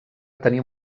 tenim